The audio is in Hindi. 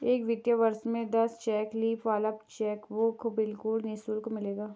एक वित्तीय वर्ष में दस चेक लीफ वाला चेकबुक बिल्कुल निशुल्क मिलेगा